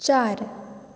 चार